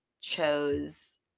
chose